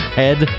head